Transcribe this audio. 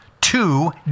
two